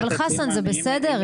אבל, חסן, זה בסדר?